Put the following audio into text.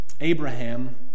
Abraham